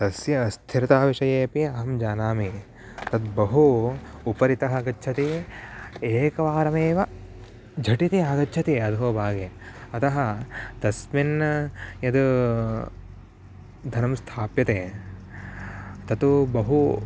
तस्य अस्थिरताविषये अपि अहं जानामि तद् बहु उपरितः गच्छति एकवारमेव झटिति आगच्छति अधोभागे अतः तस्मिन् यद् धनं स्थाप्यते ततु बहु